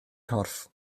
corff